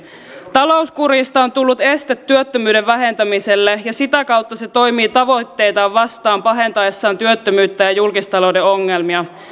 talouskurista on tullut este työttömyyden vähentämiselle ja sitä kautta se toimii tavoitteitaan vastaan pahentaessaan työttömyyttä ja ja julkistalouden ongelmia